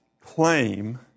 claim